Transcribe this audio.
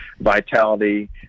vitality